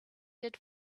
did